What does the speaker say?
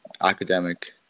academic